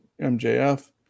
MJF